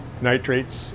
nitrates